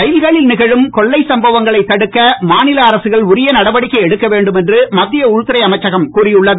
ரயில்களில் நிகழும் கொள்ளைச் சம்பவங்களைத் தடுக்க மாநில அரசுகள் உரிய நடவடிக்கை எடுக்கவேண்டும் என்று மத்திய உள்துறை அமைச்சகம் கூறியுள்ளது